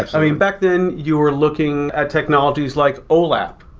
i mean, back then you were looking at technologies like olap,